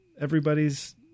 everybody's